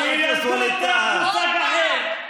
שילמדו אותך מושג אחר.